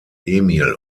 emil